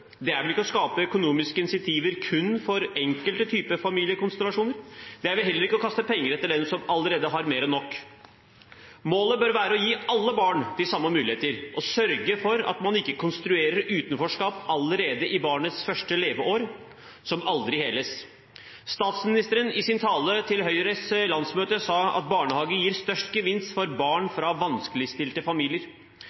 Det er vel ikke å skape økonomiske incentiver kun for enkelte typer familiekonstellasjoner? Det er vel heller ikke å kaste penger etter dem som allerede har mer enn nok? Målet bør være å gi alle barn de samme muligheter og sørge for at man ikke konstruerer utenforskap allerede i barnets første leveår, som aldri heles. Statsministeren sa i sin tale til Høyres landsmøte at barnehage gir størst gevinst for barn